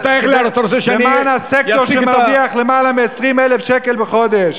למען הסקטור שמרוויח למעלה מ-20,000 שקל בחודש.